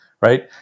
right